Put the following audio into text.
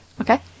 Okay